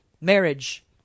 marriage